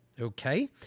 Okay